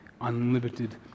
unlimited